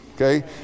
Okay